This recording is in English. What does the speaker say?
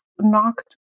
knocked